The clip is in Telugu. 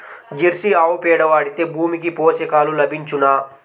జెర్సీ ఆవు పేడ వాడితే భూమికి పోషకాలు లభించునా?